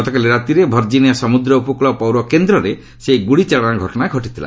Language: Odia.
ଗତକାଲି ରାତିରେ ଭର୍କିନିଆ ସମୁଦ୍ର ଉପକୂଳ ପୌରକେନ୍ଦ୍ରରେ ସେହି ଗୁଳିଚାଳନା ଘଟଣା ଘଟିଥିଲା